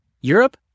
Europe